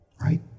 right